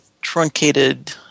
truncated